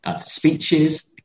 speeches